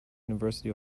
university